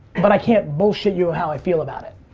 but i can't bullshit you how i feel about it.